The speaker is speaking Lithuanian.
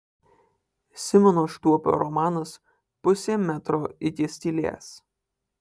simono štuopio romanas pusė metro iki skylės